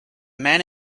man